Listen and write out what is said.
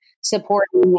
supporting